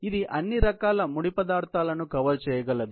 ఇది అన్ని రకాల ముడి పదార్థాలను కవర్ చేయగలదు